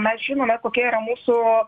mes žinome kokia yra mūsų